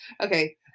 okay